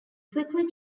quickly